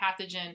pathogen